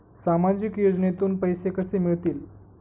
सामाजिक योजनेतून पैसे कसे मिळतील?